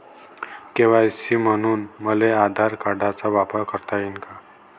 KYC म्हनून मले आधार कार्डाचा वापर करता येईन का?